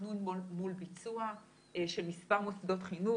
תכנון מול ביצוע של מספר מוסדות חינוך.